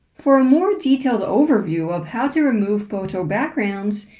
for a more detailed overview of how to remove photo backgrounds,